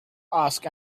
ask